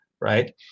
Right